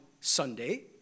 Sunday